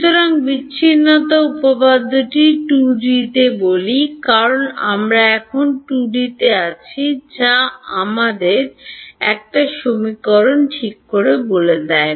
সুতরাং বিচ্ছিন্নতা উপপাদ্যটি 2D তে বলি কারণ আমরা এখন 2D তে আছি যা আমাদের ঠিক বলে দেয়